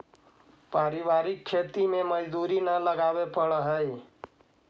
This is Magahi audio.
पारिवारिक खेती में मजदूरी न लगावे पड़ऽ हइ